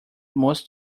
most